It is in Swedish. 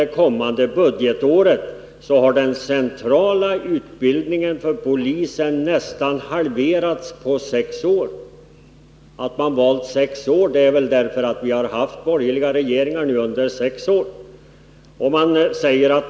det kommande budgetåret, har den centrala utbildningen för polisen nästan halverats på sex år. Att man valt sex år är väl därför att vi har haft borgerliga regeringar nu under sex år.